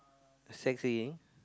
sightseeing